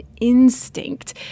instinct